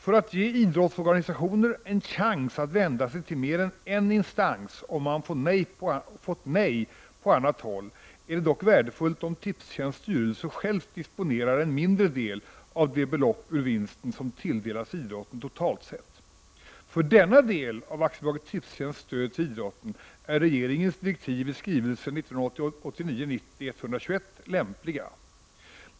För att ge idrottsorganisationer en chans att vända sig till mer än en instans om man fått nej på annat håll, är det dock värdefullt om Tipstjänsts styrelse själv disponerar en mindre del av det belopp ur vinsten som tilldelas idrotten totalt sett. För denna del av AB Tipstjänsts stöd till idrotten är regeringens direktiv i skrivelse 1989/90:121 lämpliga.